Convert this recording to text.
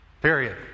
Period